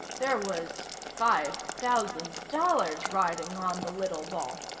there was five thousand dollars riding on the little ball.